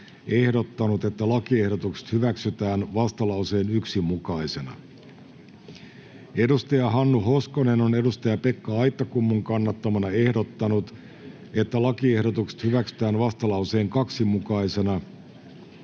ehdottanut, että lakiehdotus hyväksytään vastalauseen 1 mukaisena, Hannu Hoskonen on Pekka Aittakummun kannattamana ehdottanut, että lakiehdotus hyväksytään vastalauseen 2 mukaisena,